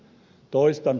toistan